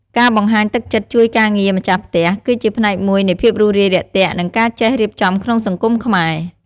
ការបង្ហាញទឹកចិត្តជួយការងារម្ចាស់ផ្ទះ គឺជាផ្នែកមួយនៃភាពរួសរាយរាក់ទាក់ និងការចេះរៀបចំក្នុងសង្គមខ្មែរ។